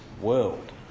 world